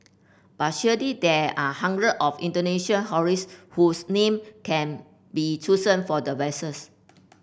but surely there are hundred of Indonesian whose name can be chosen for the vessels